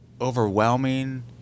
overwhelming